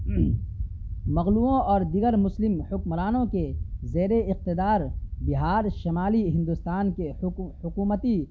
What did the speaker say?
مغلوں اور دیگر مسلم حکمرانوں کے زیر اقتدار بہار شمالی ہندوستان کے حکومتی